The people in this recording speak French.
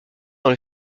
dans